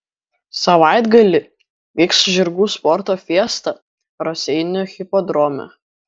savaitgalį vyks žirgų sporto fiesta raseinių hipodrome